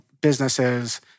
businesses